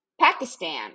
Pakistan